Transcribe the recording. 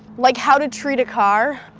like how to treat a car?